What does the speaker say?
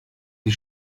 die